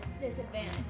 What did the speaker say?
Disadvantage